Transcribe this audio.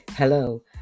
Hello